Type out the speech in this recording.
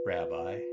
Rabbi